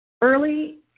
Early